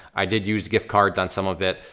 i did use gift cards on some of it.